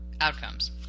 outcomes